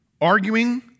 arguing